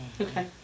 okay